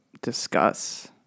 discuss